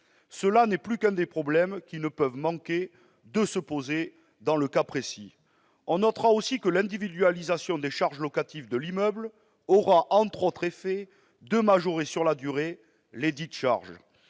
Cela n'est qu'un des problèmes qui ne peuvent manquer de se poser dans le cas précis. On notera aussi que l'individualisation des charges locatives de l'immeuble aura, entre autres effets, de majorer sur la durée lesdites charges.